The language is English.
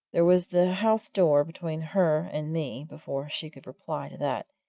there was the house door between her and me before she could reply to that,